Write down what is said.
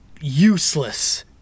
useless